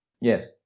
Yes